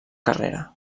carrera